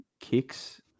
kicks